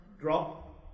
drop